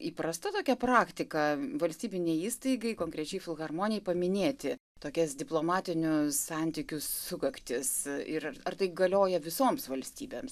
įprasta tokia praktika valstybinei įstaigai konkrečiai filharmonijai paminėti tokias diplomatinių santykių sukaktis ir ar tai galioja visoms valstybėms